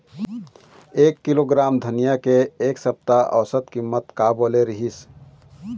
एक किलोग्राम धनिया के एक सप्ता औसत कीमत का बोले रीहिस?